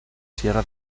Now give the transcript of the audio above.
sierra